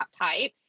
type